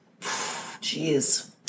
Jeez